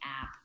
app